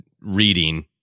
reading